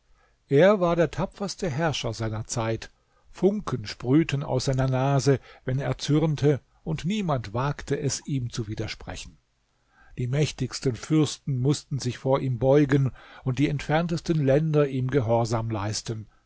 er war der tapferste herrscher seiner zeit funken sprühten aus seiner nase wenn er zürnte und niemand wagte es ihm zu widersprechen die mächtigsten fürsten mußten sich vor ihm beugen und die entferntesten länder ihm gehorsam leisten